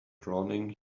drowning